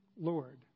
Lord